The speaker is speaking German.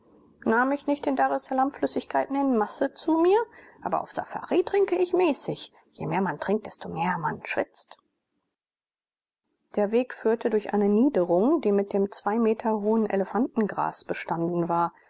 nahm ich nicht in daressalam flüssigkeiten in masse zu mir aber auf safari trinke ich mäßig je mehr man trinkt desto mehr man schwitzt der weg führte durch eine niederung die mit dem zwei meter hohen elefantengras bestanden war